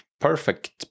perfect